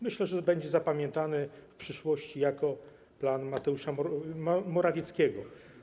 Myślę, że będzie on zapamiętany w przyszłości jako plan Mateusza Morawieckiego.